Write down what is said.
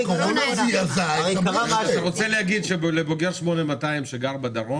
אתה רוצה להגיד שלבוגר 8200 שגר בדרום